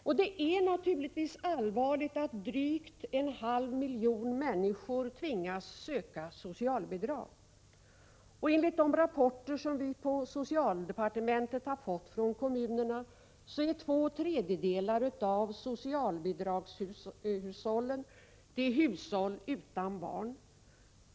Och det är naturligtvis allvarligt att drygt en halv miljon människor tvingas söka socialbidrag. Enligt de rapporter som vi på socialdepartementet har fått från kommunerna är två tredjedelar av socialbidragshushållen hushåll utan barn.